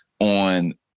on